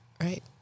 right